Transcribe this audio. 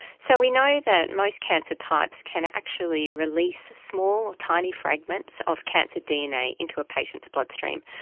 so we know that most cancer types can actually release small, tiny fragments of cancer dna into a patient's bloodstream.